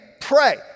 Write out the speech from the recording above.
Pray